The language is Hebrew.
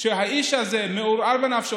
האיש הזה מעורער בנפשו,